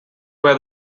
where